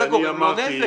אתה גורם לו נזק,